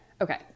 okay